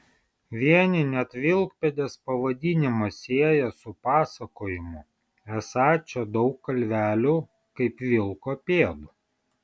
vieni net vilkpėdės pavadinimą sieja su pasakojimu esą čia daug kalvelių kaip vilko pėdų